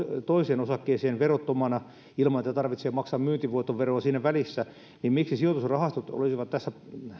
toiseen osakkeeseen verottomana ilman että tarvitsee maksaa myyntivoiton veroa siinä välissä niin miksi sijoitusrahastot ovat tässä